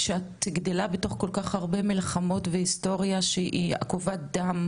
כשאת גדלה בתוך כל כך הרבה מלחמות והיסטוריה שהיא עקובה מדם